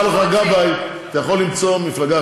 אמרתם לו: אם תעז לדבר, אתה יוצא מחוץ למחנה.